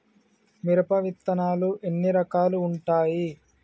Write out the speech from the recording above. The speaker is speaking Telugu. మిరప విత్తనాలు ఎన్ని రకాలు ఉంటాయి?